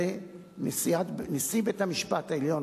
זה נשיא בית-המשפט העליון,